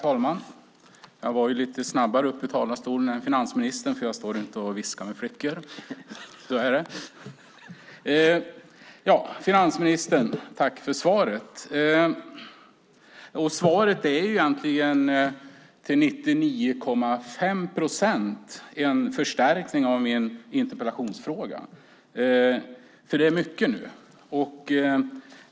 Herr talman! Tack för svaret, finansministern! Svaret är egentligen till 99,5 procent en förstärkning av min interpellation.